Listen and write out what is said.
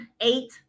Eight